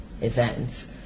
events